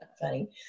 Funny